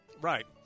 Right